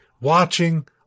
watching